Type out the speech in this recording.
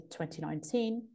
2019